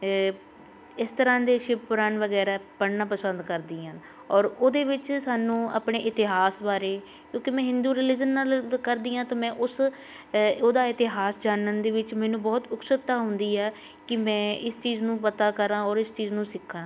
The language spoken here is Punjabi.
ਇਸ ਤਰ੍ਹਾਂ ਦੇ ਸ਼ਿਵ ਪੁਰਾਨ ਵਗੈਰਾ ਪੜ੍ਹਨਾ ਪਸੰਦ ਕਰਦੀ ਹਾਂ ਔਰ ਉਹਦੇ ਵਿੱਚ ਸਾਨੂੰ ਆਪਣੇ ਇਤਿਹਾਸ ਬਾਰੇ ਕਿਉਂਕਿ ਮੈਂ ਹਿੰਦੂ ਰਿਲੀਜਨ ਨਾਲ ਕਰਦੀ ਹਾਂ ਅਤੇ ਮੈਂ ਉਸ ਉਹਦਾ ਇਤਿਹਾਸ ਜਾਣਨ ਦੇ ਵਿੱਚ ਮੈਨੂੰ ਬਹੁਤ ਉਕਸੁਕਤਾ ਆਉਂਦੀ ਆ ਕਿ ਮੈਂ ਇਸ ਚੀਜ਼ ਨੂੰ ਪਤਾ ਕਰਾਂ ਔਰ ਇਸ ਚੀਜ਼ ਨੂੰ ਸਿੱਖਾਂ